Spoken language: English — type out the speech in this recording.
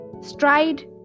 stride